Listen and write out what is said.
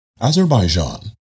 Azerbaijan